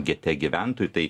gete gyventojų tai